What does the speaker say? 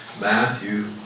Matthew